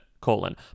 colon